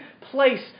place